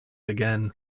again